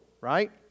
Right